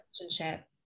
relationship